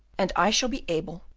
and i shall be able,